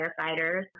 firefighters